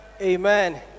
Amen